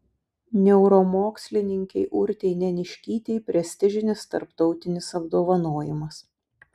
neuromokslininkei urtei neniškytei prestižinis tarptautinis apdovanojimas